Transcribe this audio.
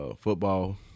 Football